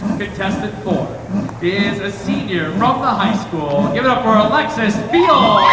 contestant four is a senior from the high school give it up for alexis field